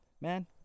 Man